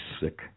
sick